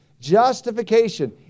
justification